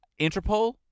Interpol